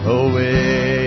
away